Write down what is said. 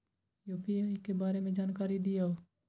UPI के बारे में जानकारी दियौ?